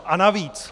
A navíc...